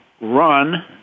run